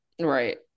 Right